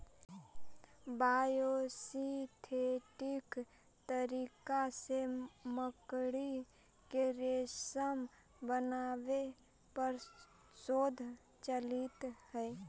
biosynthetic तरीका से मकड़ी के रेशम बनावे पर शोध चलित हई